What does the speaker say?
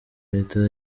leta